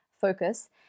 focus